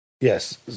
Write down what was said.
Yes